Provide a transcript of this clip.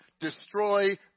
destroy